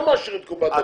גם מעשיר את קופת המדינה.